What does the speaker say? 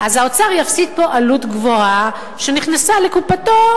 האוצר יפסיד פה עלות גבוהה שנכנסה לקופתו,